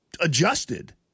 Adjusted